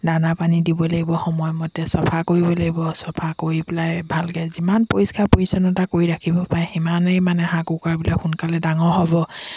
দানা পানী দিব লাগিব সময়মতে চফা কৰিব লাগিব চফা কৰি পেলাই ভালকৈ যিমান পৰিষ্কাৰ পৰিচ্ছন্নতা কৰি ৰাখিব পাৰে সিমানেই মানে হাঁহ কুকুৰাবিলাক সোনকালে ডাঙৰ হ'ব